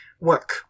work